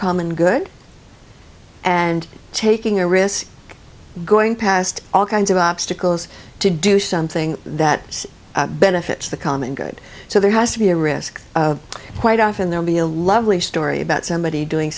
common good and taking a risk going past all kinds of obstacles to do something that benefits the common good so there has to be a risk quite often they'll be a lovely story about somebody doing